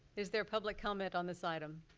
is there public comment on this item?